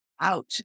out